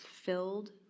filled